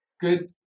good